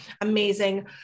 amazing